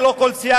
ללא כל סייג,